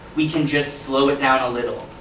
we can just slow it down a little.